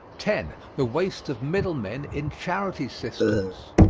ten. the waste of middle-men in charity systems.